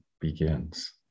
begins